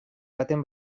baten